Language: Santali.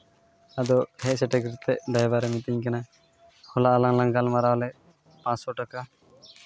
ᱟᱫᱚ ᱦᱮᱡ ᱥᱮᱴᱮᱨ ᱠᱟᱛᱮᱫ ᱰᱨᱟᱭᱵᱷᱟᱨᱮ ᱢᱤᱛᱟᱹᱧ ᱠᱟᱱᱟ ᱦᱚᱞᱟ ᱟᱞᱟᱝ ᱞᱟᱝ ᱜᱟᱞᱢᱟᱨᱟᱣ ᱞᱮᱫ ᱯᱟᱥᱥᱳ ᱴᱟᱠᱟ